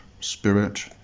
spirit